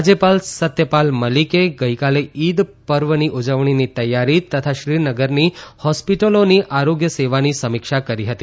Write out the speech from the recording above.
રાજ્યપાલ સત્યપાલ મલિકે ગઇકાલે ઇદ પર્વની ઉજવણીની તૈયારી તથા શ્રીનગરની હોર્ટસ્પટલોની આરોગ્ય સેવાની સમીક્ષા કરી હતી